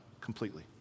completely